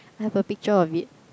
I have a picture of it